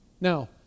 Now